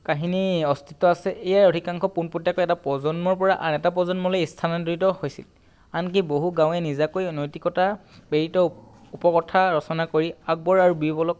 কাহিনী অস্তিত্ব আছে এয়াই অধিকাংশ পোনপটীয়াকৈ এটা প্ৰজন্মৰ পৰা এটা প্ৰজন্মলৈ স্থানান্তৰিত হৈছিল আনকি বহু গাঁৱে নিজাকৈ অনৈতিকতা প্ৰেৰিত উপকথা ৰচনা কৰি আকবৰ আৰু বীৰবলক